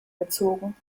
gezogen